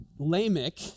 Lamech